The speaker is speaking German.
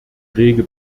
rege